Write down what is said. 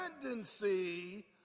tendency